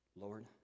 Lord